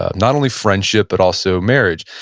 ah not only friendship, but also marriage.